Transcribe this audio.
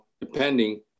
depending